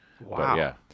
Wow